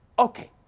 okay.